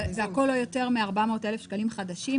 " והכול לא יותר מ-400,000 שקלים חדשים".